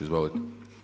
Izvolite.